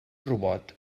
robot